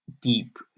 deep